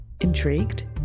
Intrigued